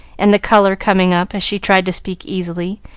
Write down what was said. and the color coming up, as she tried to speak easily,